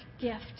gift